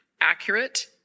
accurate